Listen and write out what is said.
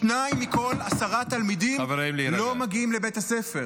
שניים מכל כל עשרה תלמידים לא מגיעים לבית הספר.